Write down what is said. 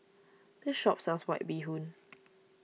this shop sells White Bee Hoon